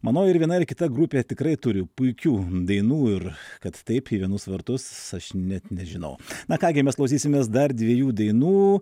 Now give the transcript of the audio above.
manau ir viena ir kita grupė tikrai turi puikių dainų ir kad taip į vienus vartus aš net nežinau na ką gi mes klausysimės dar dviejų dainų